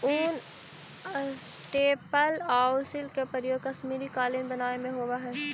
ऊन, स्टेपल आउ सिल्क के इस्तेमाल कश्मीरी कालीन बनावे में होवऽ हइ